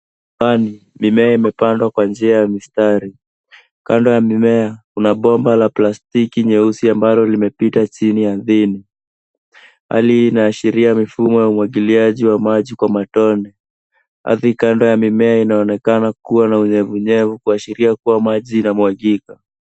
Hapa mimea imepandwa kwa njia ya mistari. Kando ya mimea kuna bomba la plastiki nyeusi ambalo limepita chini ardhini. Hali hii inaashiria mifumo ya umwagiliaji wa maji kwa matone. Ardhi kando ya mimea inaonekana kuwa na unyevunyevu kuashiria kuwa maji inamwagika.